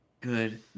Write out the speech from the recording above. Good